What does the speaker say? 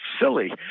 silly